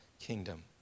kingdom